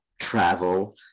travel